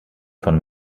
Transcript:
von